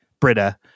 Britta